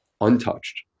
untouched